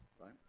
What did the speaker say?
right